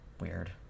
Weird